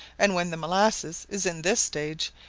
and when the molasses is in this stage,